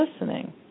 listening